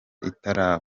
itaraba